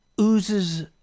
oozes